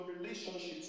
relationships